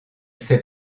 fait